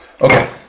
Okay